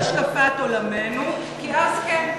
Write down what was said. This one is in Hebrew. וליישם את השקפת עולמנו, כי אז כן.